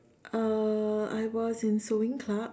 uh I was in sewing club